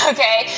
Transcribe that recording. Okay